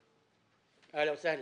יוסף.